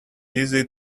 easy